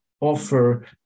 offer